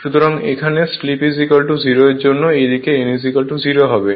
সুতরাং এখানে স্লিপ 0 এর জন্য এবং এই দিকে n 0 হবে